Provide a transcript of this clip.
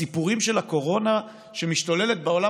הסיפורים של הקורונה שמשתוללת בעולם,